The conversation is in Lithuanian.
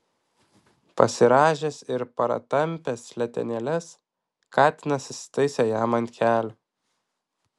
pasirąžęs ir pratampęs letenėles katinas įsitaisė jam ant kelių